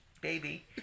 baby